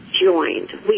joined